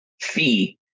fee